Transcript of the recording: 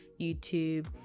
YouTube